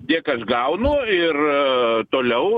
tiek aš gaunu ir toliau